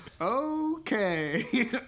okay